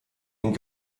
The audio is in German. den